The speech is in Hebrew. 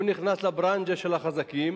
הוא נכנס לברנז'ה של החזקים,